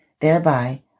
thereby